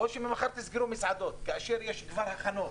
אנשים כבר עשו הכנות,